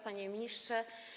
Panie Ministrze!